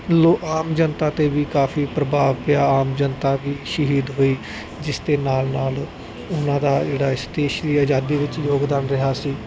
ਲੋ ਆਮ ਜਨਤਾ 'ਤੇ ਵੀ ਕਾਫੀ ਪ੍ਰਭਾਵ ਪਿਆ ਆਮ ਜਨਤਾ ਵੀ ਸ਼ਹੀਦ ਹੋਈ ਜਿਸ ਦੇ ਨਾਲ ਨਾਲ ਉਹਨਾਂ ਦਾ ਜਿਹੜਾ ਇਸ ਦੇਸ਼ ਦੀ ਆਜ਼ਾਦੀ ਵਿੱਚ ਯੋਗਦਾਨ ਰਿਹਾ ਸੀ